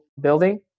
building